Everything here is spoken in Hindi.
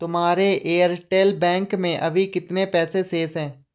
तुम्हारे एयरटेल बैंक में अभी कितने पैसे शेष हैं?